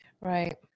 Right